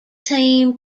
team